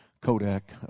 Kodak